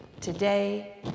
today